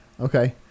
Okay